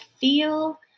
feel